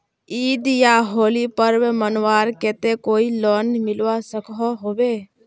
ईद या होली पर्व मनवार केते कोई लोन मिलवा सकोहो होबे?